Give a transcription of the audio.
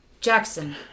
Jackson